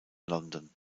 london